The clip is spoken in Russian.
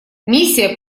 миссия